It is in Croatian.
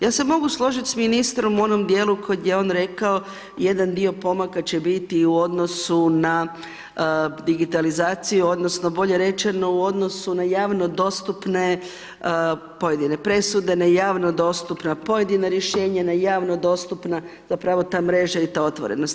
Ja se mogu složit s ministrom u onom dijelu kad je on rekao, jedan dio pomaka će biti i u odnosu na digitalizaciju odnosno bolje rečeno u odnosu na javno dostupne pojedine presude, na javno dostupna pojedina rješenja, na javno dostupna zapravo ta mreža i ta otvorenost.